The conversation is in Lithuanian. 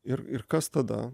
ir ir kas tada